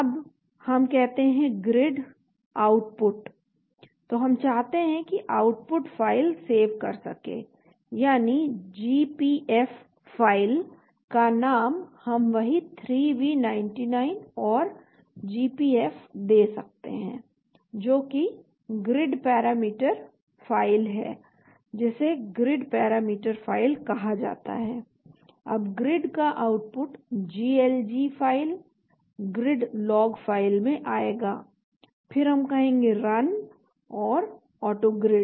अब हम कहते हैं ग्रिड आउटपुट तो हम चाहते हैं कि आउटपुट फाइल सेव कर सके यानी gpf फ़ाइल का नाम हम वही 3v99 और gpf दे सकते हैं जो कि ग्रिड पैरामीटर फाइल है जिसे ग्रिड पैरामीटर फाइल कहा जाता है अब ग्रिड का output GLG file grid log file में आएगा फिर हम कहेंगे रन और ऑटोग्रिड